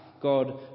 God